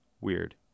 Weird